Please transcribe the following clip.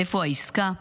איפה העסקה?